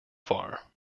far